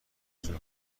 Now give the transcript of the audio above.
جون